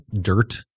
dirt